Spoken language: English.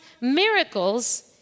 miracles